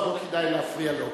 לא כדאי להפריע לו.